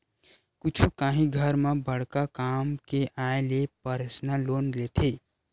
कुछु काही घर म बड़का काम के आय ले परसनल लोन लेथे